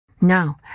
Now